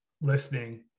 listening